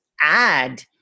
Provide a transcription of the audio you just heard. add